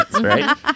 right